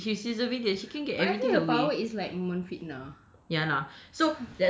luckily she's not a villain babe if she's a villain she can get everything her way